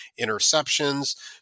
interceptions